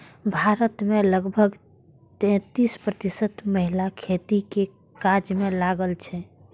भारत मे लगभग तैंतीस प्रतिशत महिला खेतीक काज मे लागल छै